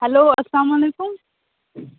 hello اسلامُ علیکم